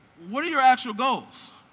what are your actual goals?